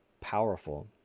powerful